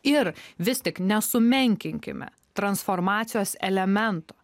ir vis tik nesumenkinkime transformacijos elemento